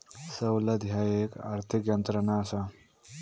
सवलत ह्या एक आर्थिक यंत्रणा असा